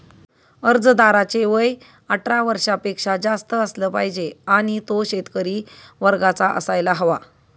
अर्जदाराचे वय अठरा वर्षापेक्षा जास्त असलं पाहिजे आणि तो शेतकरी वर्गाचा असायला हवा